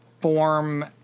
form